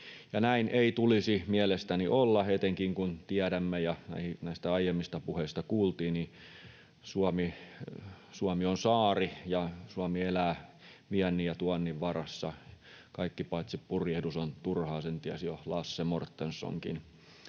Näin ei tulisi mielestäni olla, etenkin kun tiedämme, ja näistä aiemmista puheista kuultiin, että Suomi on saari ja Suomi elää viennin ja tuonnin varassa. Kaikki paitsi purjehdus on turhaa, sen tiesi jo Lasse Mårtensonkin